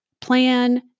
plan